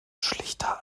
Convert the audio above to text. schlichter